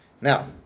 Now